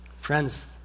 Friends